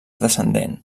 descendent